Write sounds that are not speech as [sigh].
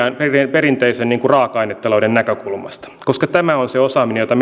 perinteisen raaka ainetalouden näkökulmasta koska tämä on se osaaminen jota [unintelligible]